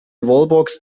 wallbox